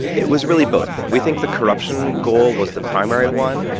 it was really both. we think the corruption goal was the primary one,